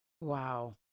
Wow